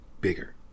bigger